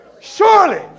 surely